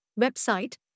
website